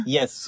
Yes